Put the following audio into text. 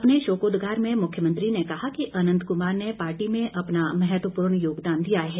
अपने शोकोद्गार में मुख्यमंत्री ने कहा कि अंनत कुमार ने पार्टी में अपना महत्वपूर्ण योगदान दिया है